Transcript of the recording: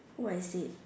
oh I see